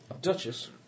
Duchess